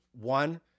one